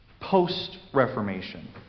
post-Reformation